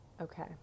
okay